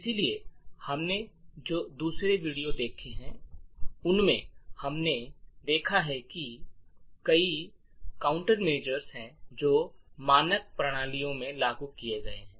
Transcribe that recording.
इसलिए हमने जो दूसरे वीडियो देखे हैं उनमें हमने देखा है कि कई काउंटरमेसर हैं जो मानक प्रणालियों में लागू किए गए हैं